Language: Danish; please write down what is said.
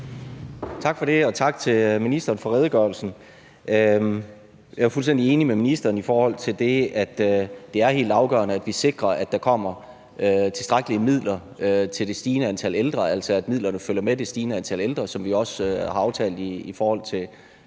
Tak for det. Og tak til ministeren for redegørelsen. Jeg er jo fuldstændig enig med ministeren i, at det er helt afgørende, at vi sikrer, at der kommer tilstrækkelige midler til det stigende antal ældre, altså at midlerne følger med det stigende antal ældre, hvad vi jo også har aftalt i forbindelse